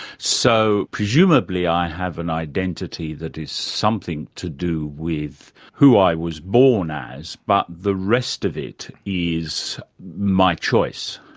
so presumably i have an identity that is something to do with who i was born as, but the rest of it is my choice?